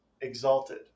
exalted